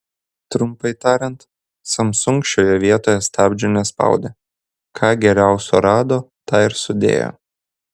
trumpai tariant samsung šioje vietoje stabdžių nespaudė ką geriausio rado tą ir sudėjo